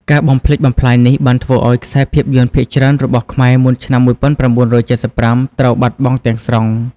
ការបំផ្លាញនេះបានធ្វើឲ្យខ្សែភាពយន្តភាគច្រើនរបស់ខ្មែរមុនឆ្នាំ ១៩៧៥ ត្រូវបាត់បង់ទាំងស្រុង។